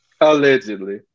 Allegedly